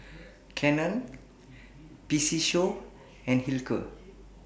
Canon PC Show and Hilker